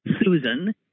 Susan